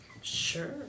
Sure